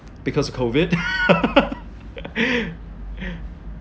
because COVID